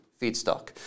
feedstock